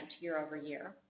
year-over-year